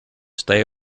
stay